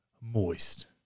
moist